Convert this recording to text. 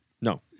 No